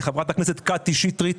לחברת הכנסת קטי שטרית,